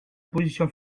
position